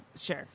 sure